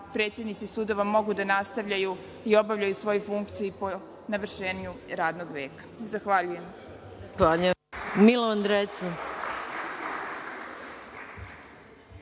predsednici sudova mogu da nastavljaju i obavljaju svoju funkciju i po navršenju radnog veka. Zahvaljujem. **Maja